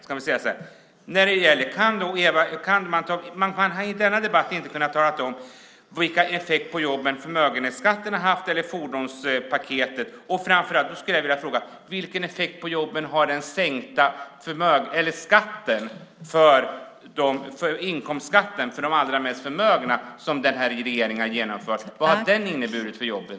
Man har i denna debatt inte kunnat tala om vilka effekter för jobben den slopade förmögenhetsskatten eller fordonspaketet har haft. Framför allt skulle jag vilja fråga vilken effekt för jobben den sänkta inkomstskatten för de allra mest förmögna har haft, som den här regeringen har genomfört. Vad har den inneburit för jobben?